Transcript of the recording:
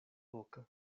boca